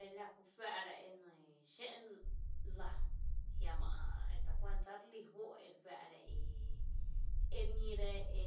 Elakú fⱥⱥ’ rá enɇɇ xén’lⱥ jiama ä’ etacuanta relí fó’ ere fⱥⱥ’ rá ere ñíre e